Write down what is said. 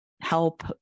help